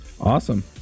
Awesome